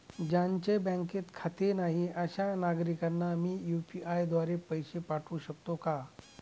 ज्यांचे बँकेत खाते नाही अशा नागरीकांना मी यू.पी.आय द्वारे पैसे पाठवू शकतो का?